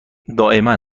دائما